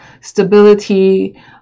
stability